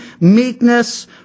meekness